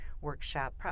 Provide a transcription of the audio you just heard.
workshop